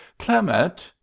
clement!